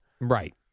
Right